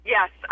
Yes